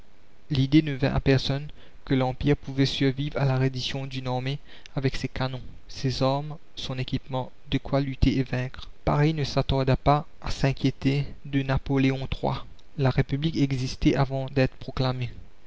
l'idée ne vint à personne que l'empire pouvait survivre à la reddition d'une armée avec ses canons ses armes son équipement de quoi lutter et vaincre paris ne s'attarda pas à s'inquiéter de napoléon iii la république existait avant d'être proclamée